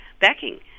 backing